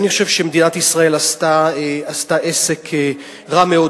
אני חושב שמדינת ישראל עשתה עסק רע מאוד.